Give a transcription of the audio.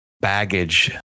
baggage